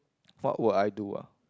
what would I do ah